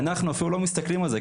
ואנחנו אפילו לא מסתכלים על זה.